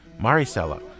Maricela